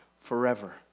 forever